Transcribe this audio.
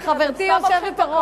סתם מותחים את,